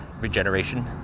regeneration